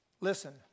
Listen